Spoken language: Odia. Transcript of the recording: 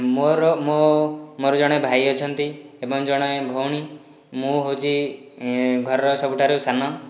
ମୋର ମୋର ଜଣେ ଭାଇ ଅଛନ୍ତି ଏବଂ ଜଣେ ଭଉଣୀ ମୁଁ ହେଉଛି ଘରର ସବୁଠାରୁ ସାନ